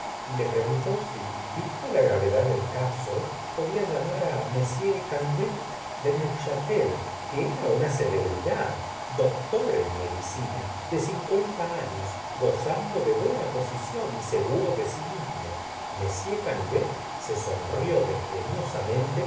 le preguntó si vis ta la gravedad del caso podía llamar á lvi canivet de neufchatel que era una celebridad doctor en medicina de cincuenta aiios gozando de buena posición y seguro de si mismo m canivet se sonrió desdeñosamente